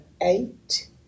eight